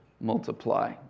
multiply